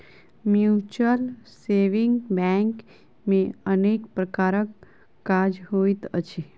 mutual saving bank मे अनेक प्रकारक काज होइत अछि